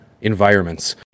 environments